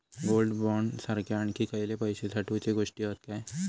Gold bond सारखे आणखी खयले पैशे साठवूचे गोष्टी हत काय?